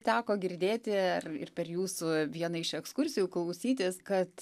teko girdėti ir ir per jūsų vieną iš ekskursijų klausytis kad